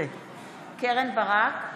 אינו נוכח קרן ברק,